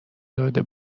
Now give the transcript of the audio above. داده